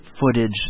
footage